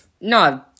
No